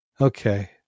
Okay